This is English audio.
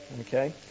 Okay